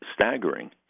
staggering